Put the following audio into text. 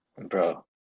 Bro